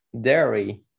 dairy